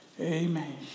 Amen